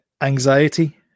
Anxiety